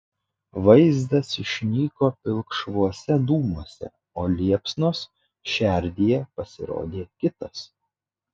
vaizdas išnyko pilkšvuose dūmuose o liepsnos šerdyje pasirodė kitas